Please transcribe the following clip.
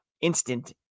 instant